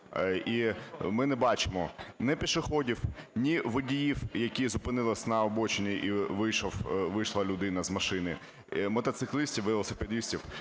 І ми не бачимо ні пішоходів, ні водіїв, які зупинились на обочині, і вийшла людина з машини, мотоциклістів, велосипедистів.